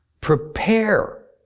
prepare